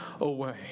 away